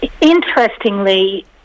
Interestingly